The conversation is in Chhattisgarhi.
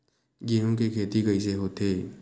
गेहूं के खेती कइसे होथे?